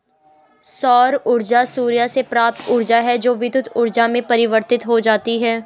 सौर ऊर्जा सूर्य से प्राप्त ऊर्जा है जो विद्युत ऊर्जा में परिवर्तित हो जाती है